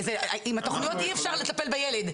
עם התוכניות אי אפשר לטפל בילד,